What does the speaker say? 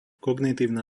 kognitívna